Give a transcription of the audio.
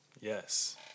Yes